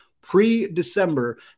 pre-December